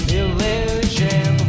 illusion